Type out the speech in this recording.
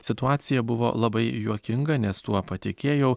situacija buvo labai juokinga nes tuo patikėjau